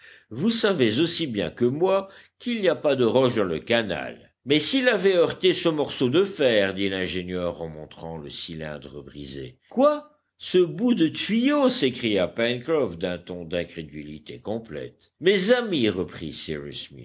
vous savez aussi bien que moi qu'il n'y a pas de roches dans le canal mais s'il avait heurté ce morceau de fer dit l'ingénieur en montrant le cylindre brisé quoi ce bout de tuyau s'écria pencroff d'un ton d'incrédulité complète mes amis reprit cyrus